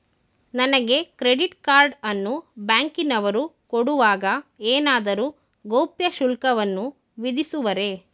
ನನಗೆ credit card ಅನ್ನು ಬ್ಯಾಂಕಿನವರು ಕೊಡುವಾಗ ಏನಾದರೂ ಗೌಪ್ಯ ಶುಲ್ಕವನ್ನು ವಿಧಿಸುವರೇ?